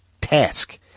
task